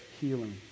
healing